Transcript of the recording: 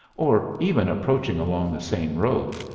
or even approaching along the same road,